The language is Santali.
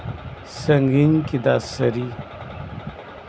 ᱥᱟᱹᱜᱤᱧ ᱠᱮᱫᱟ ᱥᱟᱹᱨᱤ